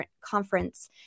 conference